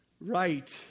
right